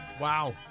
Wow